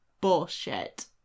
bullshit